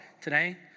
today